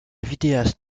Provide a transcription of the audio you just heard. vidéaste